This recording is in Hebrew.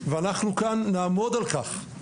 ואנחנו כאן נעמוד על כך.